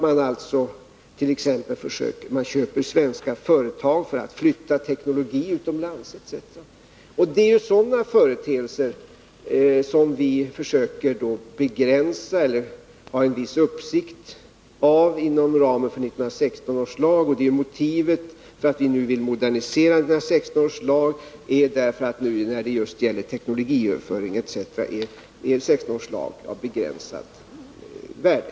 De köper t.ex. svenska företag för att flytta teknologi utomlands etc. Och det är ju sådana företeelser som vi försöker begränsa eller ha en viss uppsikt över inom ramen för 1916 års lag. Motivet till att vi nu vill modernisera 1916 års lag när det gäller teknologiöverföring etc. är alltså att den har ett begränsat värde.